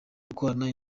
gukorana